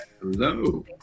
Hello